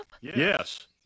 Yes